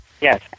Yes